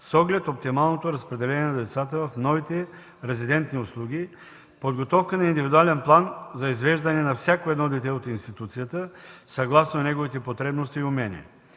с оглед на оптималното разпределение на децата в новите резидентни услуги, подготовка на индивидуален план за извеждане на всяко едно дете от институцията съгласно неговите потребности и умения.